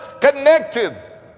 connected